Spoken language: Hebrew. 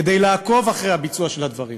כדי לעקוב אחרי הביצוע של הדברים,